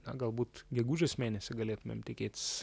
na galbūt gegužės mėnesį galėtumėm tikėtis